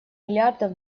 миллиардов